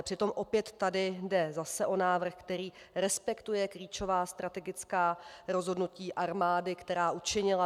Přitom opět tady jde zase o návrh, který respektuje klíčová strategická rozhodnutí armády, která učinila.